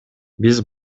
биз